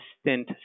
stint